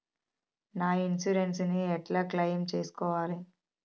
నా ఇన్సూరెన్స్ ని ఎట్ల క్లెయిమ్ చేస్కోవాలి?